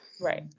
Right